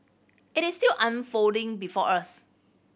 it is still unfolding before us